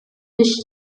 ich